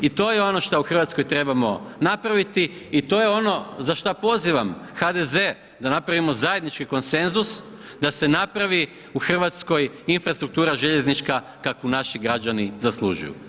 I to je ono što u Hrvatskoj trebamo napraviti i to je ono za što pozivam HDZ da napravimo zajednički konsenzus, da se napravi u Hrvatskoj infrastruktura željeznička kakvu naši građani zaslužuju.